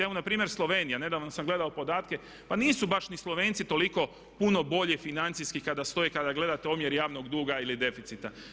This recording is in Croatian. Evo npr. Slovenija, nedavno sam gledao podatke pa nisu baš ni Slovenci toliko puno bolje financijski kada stoje, kada gledate omjer javnog duga ili deficita.